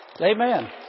Amen